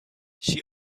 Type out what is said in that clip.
she